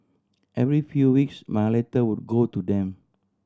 every few weeks my letter would go to them